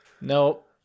Nope